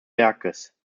werkes